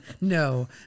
no